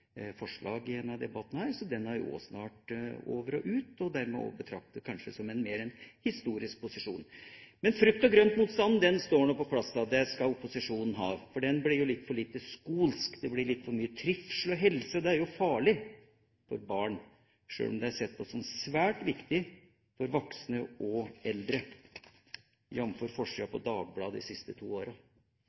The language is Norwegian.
Så den er også snart over og ut og dermed kanskje å betrakte som en mer historisk posisjon. Frukt-og-grønt-motstanden står på plass, det skal opposisjonen ha. Den ble litt for lite «skolsk», det ble litt for mye trivsel og helse, og det er jo farlig for barn, sjøl om det blir sett på som svært viktig for voksne og eldre, jf. forsida på Dagbladet de siste to åra.